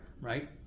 right